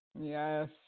Yes